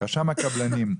רשם הקבלנים,